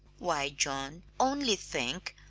why, john, only think,